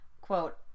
quote